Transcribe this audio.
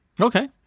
Okay